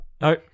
No